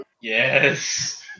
Yes